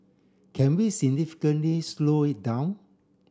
can we significantly slow it down